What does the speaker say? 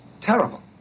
terrible